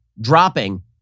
dropping